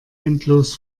endlos